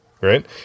right